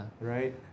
right